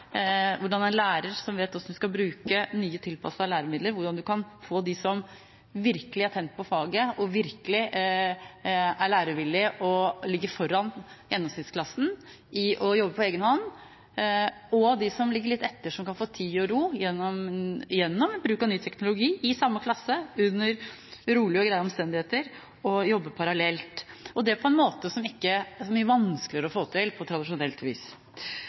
få de som virkelig er tent på faget, som virkelig er lærevillige og ligger foran gjennomsnittsklassen når det gjelder å jobbe på egen hånd, og de som ligger litt etter, som kan få tid og ro gjennom bruk av ny teknologi, til å jobbe parallelt i samme klasse under rolige og greie omstendigheter, og det på en måte som ikke er så mye vanskeligere å få til enn på tradisjonelt vis.